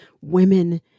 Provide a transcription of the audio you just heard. women